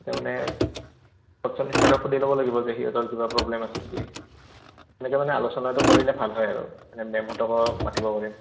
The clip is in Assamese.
এতিয়া মানে ফৰ্থ ছেমিষ্টাৰক সুধি ল'ব লাগিব যে সিহঁতৰ কিবা প্ৰব্লেম আছে নেকি এনেকৈ মানে আলোচনাটো কৰিলে ভাল হয় আৰু মানে মেমহঁতকো মাতিব পাৰিম